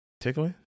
Tickling